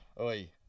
oi